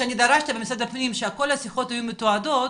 כי שאני דרשתי ממשרד הפנים שכל השיחות יהיו מתועדות,